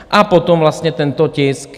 A potom vlastně tento tisk 284.